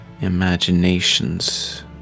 imaginations